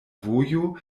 vojo